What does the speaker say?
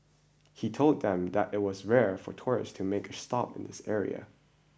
he told them that it was rare for tourists to make a stop at this area